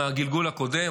מהגלגול הקודם,